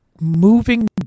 moving